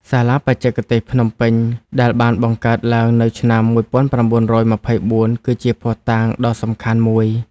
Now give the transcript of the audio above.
សាលាបច្ចេកទេសភ្នំពេញ ដែលបានបង្កើតឡើងនៅឆ្នាំ ១៩២៤ គឺជាភស្តុតាងដ៏សំខាន់មួយ។